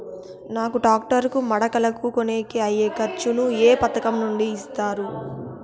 నాకు టాక్టర్ కు మడకలను కొనేకి అయ్యే ఖర్చు ను ఏ పథకం నుండి ఇస్తారు?